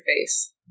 face